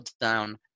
down